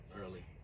early